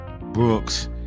Brooks